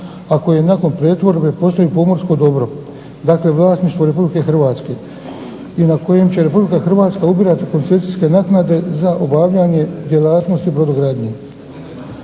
a koje nakon pretvorbe postaju pomorsko dobro, dakle vlasništvo Republike Hrvatske i na kojem će Republika Hrvatska ubirati koncesijske naknade za obavljanje djelatnosti u brodogradnji.